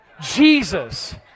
Jesus